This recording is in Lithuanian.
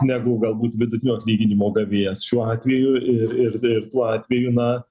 negu galbūt vidutinio atlyginimo gavėjas šiuo atveju ir ir ir tuo atveju na